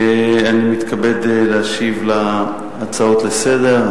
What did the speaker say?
אני מתכבד להשיב על ההצעות-לסדר היום,